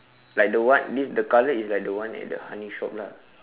like the one this the color is like the one at the honey shop lah